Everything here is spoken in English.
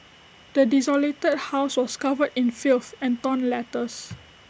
the desolated house was covered in filth and torn letters